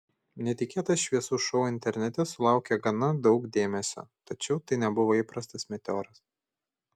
netikėtas šviesų šou internete sulaukė gana daug dėmesio tačiau tai nebuvo įprastas meteoras